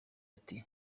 ati